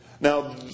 Now